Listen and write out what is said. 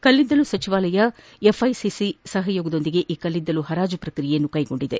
ಕಲ್ಲಿದ್ದಲು ಸಚಿವಾಲಯ ಎಫ್ಐಸಿಸಿಐ ಸಹಯೋಗದೊಂದಿಗೆ ಈ ಕಲ್ಲಿದ್ದಲು ಹರಾಜು ಪ್ರಕ್ರಿಯೆಯನ್ನು ಕೈಗೊಂಡಿದೆ